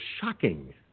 shocking